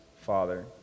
Father